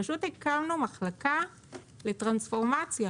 הקמנו מחלקה לטרנספורמציה